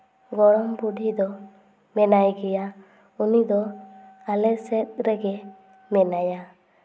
ᱜᱚᱲᱚᱢ ᱵᱩᱰᱷᱤ ᱫᱚ ᱢᱮᱱᱟᱭ ᱜᱮᱭᱟ ᱩᱱᱤ ᱫᱚ ᱟᱞᱮ ᱥᱮᱫ ᱨᱮᱜᱮ ᱢᱮᱱᱟᱭᱟ